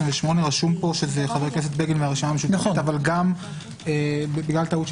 28 רשום פה שזה חבר הכנסת בגין והרשימה המשותפת אבל בגלל טעות,